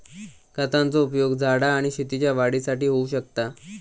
खतांचो उपयोग झाडा आणि शेतीच्या वाढीसाठी होऊ शकता